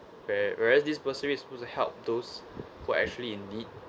where whereas this disburse is supposed to help those who are actually in need